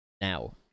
now